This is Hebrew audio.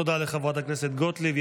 תודה לחברת הכנסת גוטליב.